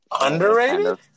Underrated